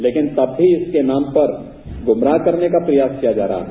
लेकिन तब भी इसके नाम पर गुमराह करने का प्रयास किया जा रहा है